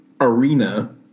arena